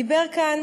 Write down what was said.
דיבר כאן